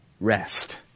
rest